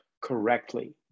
correctly